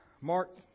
Mark